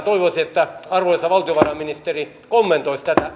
toivoisin että arvoisa valtiovarainministeri kommentoisi tätä